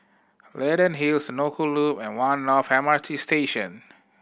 Leyden Hill Senoko Loop and One North M R T Station